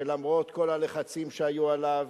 שלמרות כל הלחצים שהיו עליו,